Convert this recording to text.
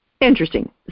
Interesting